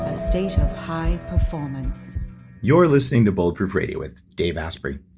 ah state of high performance you're listening to bulletproof radio with dave asprey.